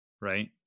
right